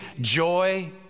joy